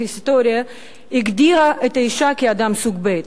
ההיסטוריה הגדירה את האשה כאדם סוג ב',